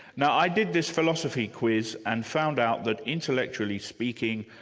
now i did this philosophy quiz and found out that intellectually speaking,